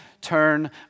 turn